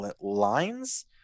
lines